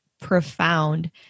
profound